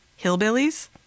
Hillbillies